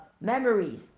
memories